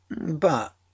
But